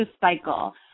cycle